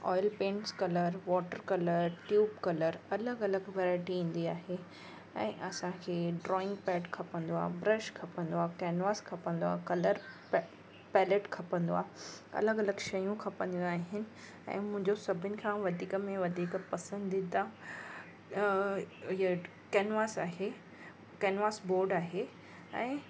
oil paints colour water colour tube colour अलॻि अलॻि variety ईंदी आहे ऐं असांखे ड्रॉइंग पैड खपंदो आहे ब्रश खपंदो आहे केनवास खपंदो आहे कलर पै पैलेट खपंदो आहे अलॻि अलॻि शयूं खपंदियूं आहिनि ऐं मुंहिंजो सभिनि खां वधीक में वधीक पसंदीदा इहे केनवास आहे केनवास बोड आहे ऐं